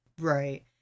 Right